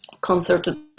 concerted